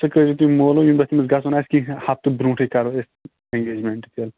سُہ کٔرِو تُہۍ مولوٗم ییٚمہِ دۅہ تٔمِس گژھُن آسہِ کیٚنٛہہ ہَفتہٕ بَرٛوٗنٛٹھٕے کَرو أسۍ اِینٛگیج میٚنٛٹ تیٚلہِ